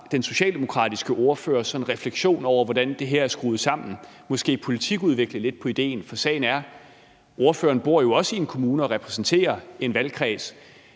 den socialdemokratiske ordfører reflektere over, hvordan det her er skruet sammen, og måske politikudvikle lidt på idéen. For sagen er, at ordføreren jo også bor i en kommune og repræsenterer en valgkreds.